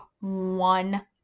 one